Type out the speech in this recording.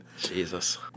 Jesus